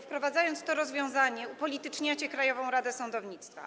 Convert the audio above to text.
Wprowadzając to rozwiązanie, upolityczniacie Krajową Radę Sądownictwa.